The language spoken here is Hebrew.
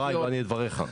--- לדבריך.